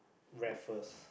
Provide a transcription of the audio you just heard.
Raffles